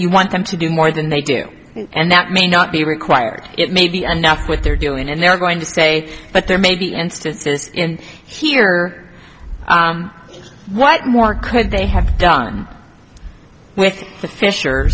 you want them to do more than they do and that may not be required it may be anough what they're doing and they're going to say but there may be instances here what more could they have done with fisher